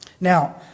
Now